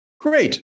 Great